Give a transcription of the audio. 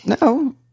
No